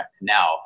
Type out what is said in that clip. Now